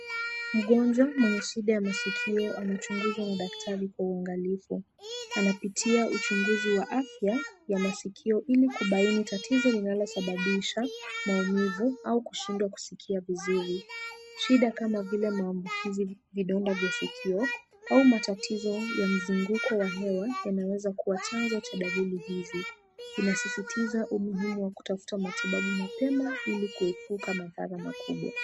Mgonjwa mwenye shida ya masikio anachunguzwa na daktari kwa uangalifu. Anapitia uchunguzi wa afya ya masikio ili kubaini tatizo linalosababisha maumivu au kushindwa kuskia vizuri. Shida kama vile maambukizi vidonda vya sikio au matatizo ya mzunguko wa hewa yanawezakua chanzo cha dalili hizi. Inasisitiza umuhimu wa kutafuta matibabu mapema ili kuepuka madhara makubwa.